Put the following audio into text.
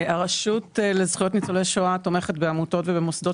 הרשות לזכויות ניצולי שואה תומכת בעמותות ובמוסדות